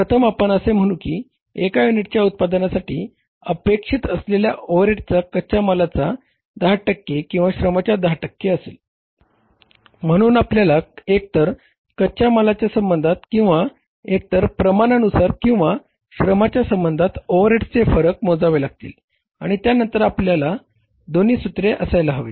प्रथम आपण असे म्हणू की एका युनिटच्या उत्पादनासाठी अपेक्षित असलेले ओव्हरहेड कच्या मालाच्या 10 टक्के किंवा श्रमाच्या 10 टक्के असेल म्हणून आपल्याला एकतर कच्या मालाच्या संबंधात किंवा एकतर प्रमाणानुसार किंवा श्रमाच्या संबंधात ओव्हरहेडचे फरक मोजावी लागतील आणि त्यानंतर आपल्याकडे दोन्ही सूत्रे असायला हवीत